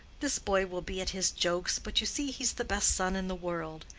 this boy will be at his jokes, but you see he's the best son in the world,